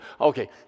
okay